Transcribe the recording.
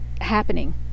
happening